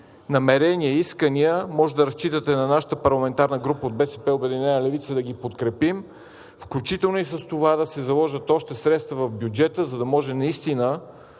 намерения и искания може да разчитате на нашата парламентарна група „БСП – Обединена левица“ да ги подкрепим, включително и с това да се заложат още средства в бюджета, за да може наистина